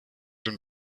den